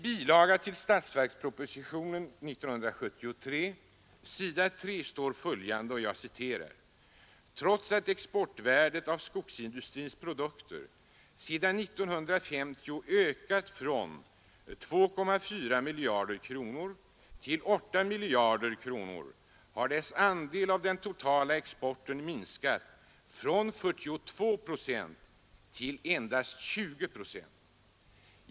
I bilaga 11 till statsverkspropositionen 1973 s. 3 och 4 står bl.a. följande: ”Trots att exportvärdet av skogsindustriprodukter sedan år 1950 ökat från 2,4 miljarder kr. till 8 miljarder kr. har dess andel av den totala exporten minskat från 42 9 till 20 Jo.